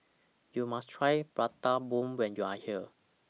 YOU must Try Prata Bomb when YOU Are here